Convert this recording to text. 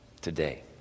today